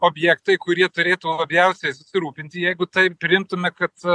objektai kurie turėtų labiausiai susirūpinti jeigu taip priimtume kad